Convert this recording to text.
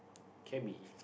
cabby